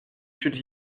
should